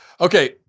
Okay